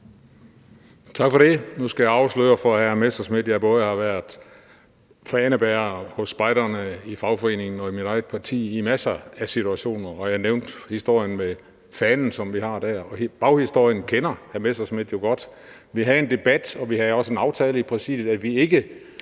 Tak for det. Nu skal jeg afsløre for hr. Morten Messerschmidt, at jeg både har været fanebærer hos spejderne, i fagforeningen og i mit eget parti i masser af situationer. Og jeg nævnte historien med fanen, som vi har der. Hele forhistorien kender hr. Morten Messerschmidt jo godt. Vi havde en debat, og vi havde også en aftale i Præsidiet om, at vi ikke